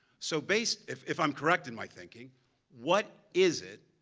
so based if if i'm correct in my thinking what is it?